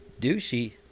douchey